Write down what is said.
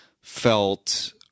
felt